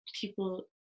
people